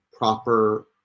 proper